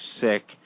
sick